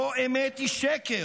שבו אמת היא שקר,